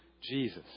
Jesus